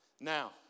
Now